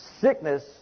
sickness